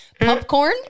popcorn